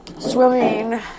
swimming